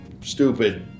stupid